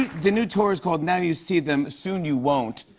the new tour is called now you see them, soon you won't